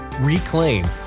reclaim